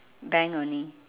bank only